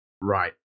Right